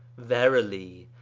verily,